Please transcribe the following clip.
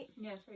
yes